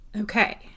Okay